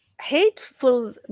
hateful